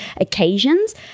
occasions